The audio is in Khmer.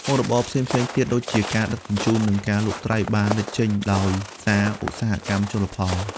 មុខរបរផ្សេងៗទៀតដូចជា ការដឹកជញ្ជូន និងការលក់ត្រីបានលេចចេញដោយសារឧស្សាហកម្មជលផល។